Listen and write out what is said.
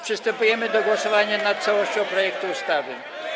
Przystępujemy do głosowania nad całością projektu ustawy.